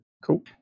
Cool